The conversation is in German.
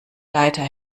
leiter